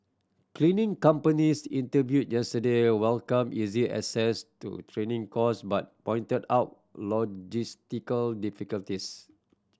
cleaning companies interviewed yesterday welcomed easy access to training course but pointed out logistical difficulties